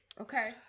okay